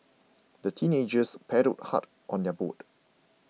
the teenagers paddled hard on their boat